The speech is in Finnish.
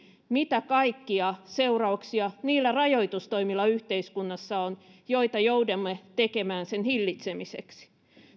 mitä kaikkia seurauksia niillä rajoitustoimilla yhteiskunnassa on joita joudumme tekemään sen hillitsemiseksi